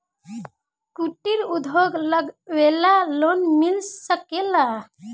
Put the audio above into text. कुटिर उद्योग लगवेला लोन मिल सकेला?